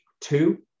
Two